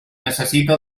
necessita